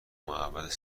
محوطه